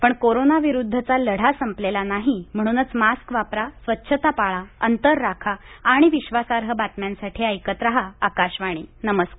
पण कोरोनाविरुद्धचा लढा संपलेला नाही म्हणूनच मास्क वापरा स्वच्छता पाळा अंतर राखा आणि विश्वासार्ह बातम्यांसाठी ऐकत राहा आकाशवाणी नमस्कार